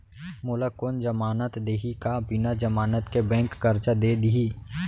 मोला कोन जमानत देहि का बिना जमानत के बैंक करजा दे दिही?